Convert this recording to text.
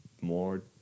more